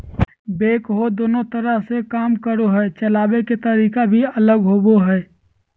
backhoe दोनों तरह से काम करो हइ, चलाबे के तरीका भी अलग होबो हइ